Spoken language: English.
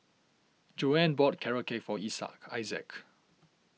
Joann bought Carrot Cake for Isaak